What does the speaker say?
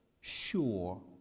sure